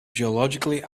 geologically